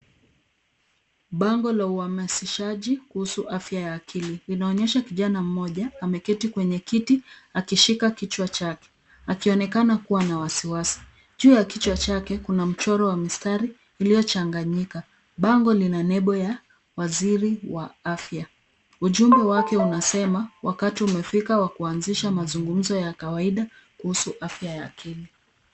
Bango la uhamasishaji kuhusu afya ya akili. Inaonyesha kijana mmoja ameketi kwenye kiti akishuka kichwa chake akionekana kuwa na wasiwasi. Juu ya kichwa chake kuna mchoro wa mistari iliyochaganika. Bango lina nembo ya waziri wa afya. Uchumbe wake unasema " wakati umefika wa kuazisha mazungumzo ya kawaida kuhusu afya ya akili".